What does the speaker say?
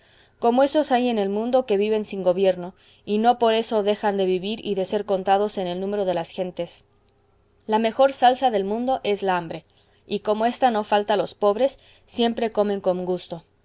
como ésos hay en el mundo que viven sin gobierno y no por eso dejan de vivir y de ser contados en el número de las gentes la mejor salsa del mundo es la hambre y como ésta no falta a los pobres siempre comen con gusto